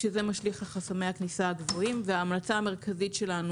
כשזה משליך לחסמי הכניסה הגבוהים וההמלצה המרכזית שלנו,